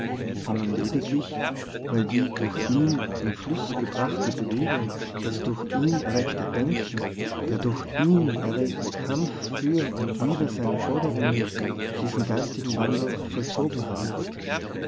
sondern lediglich weil die durch ihn in fluß gebrachte bewegung das durch ihn er weckte denken der durch ihn erregte kampf für und wider seine forderungen diesen geistigen wandel vollzogen haben wird